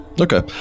Okay